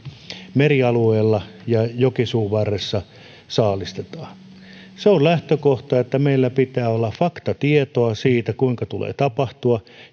merialueella ja jokisuun varressa saalistetaan se on lähtökohta että meillä pitää olla faktatietoa siitä kuinka tulee tapahtua